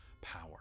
power